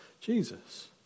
Jesus